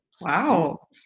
Wow